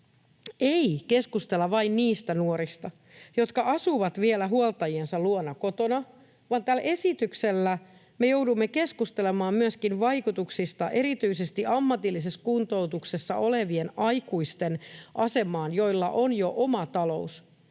ei keskustella vain niistä nuorista, jotka asuvat vielä huoltajiensa luona kotona, vaan tällä esityksellä me joudumme keskustelemaan myöskin vaikutuksista erityisesti ammatillisessa kuntoutuksessa olevien aikuisten asemaan, joilla on jo oma talous.